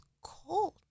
cold